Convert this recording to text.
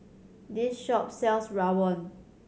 this shop sells rawon